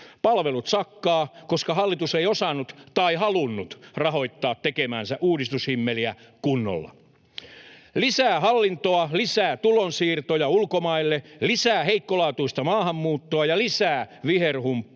Palvelut sakkaavat, koska hallitus ei osannut tai halunnut rahoittaa tekemäänsä uudistushimmeliä kunnolla. Lisää hallintoa, lisää tulonsiirtoja ulkomaille, lisää heikkolaatuista maahanmuuttoa ja lisää viherhumppaa